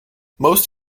most